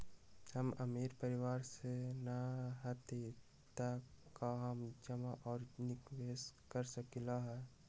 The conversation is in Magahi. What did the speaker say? हम अमीर परिवार से न हती त का हम जमा और निवेस कर सकली ह?